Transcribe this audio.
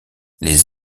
les